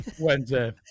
Wednesday